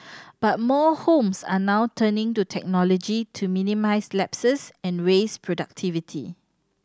but more homes are now turning to technology to minimise lapses and raise productivity